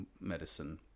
medicine